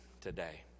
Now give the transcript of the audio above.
today